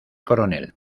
coronel